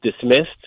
dismissed